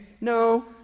no